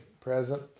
present